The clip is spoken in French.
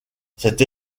cette